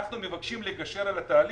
אנחנו מבקשים לגשר על התהליך.